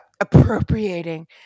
appropriating